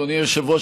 אדוני היושב-ראש,